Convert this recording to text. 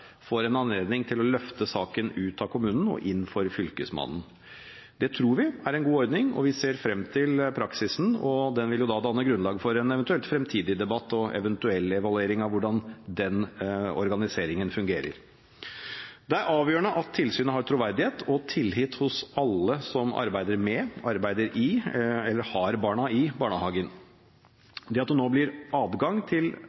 får en anledning til å løfte saken ut av kommunen og inn for fylkesmannen. Det tror vi er en god ordning, og vi ser frem til praksisen. Den vil danne grunnlag for en eventuell fremtidig debatt og eventuell evaluering av hvordan den organiseringen fungerer. Det er avgjørende at tilsynet har troverdighet og tillit hos alle som arbeider med, arbeider i eller har barn i barnehagen. Det at det nå blir adgang til